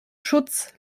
schutz